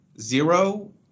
zero